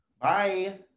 Bye